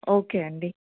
okay అండి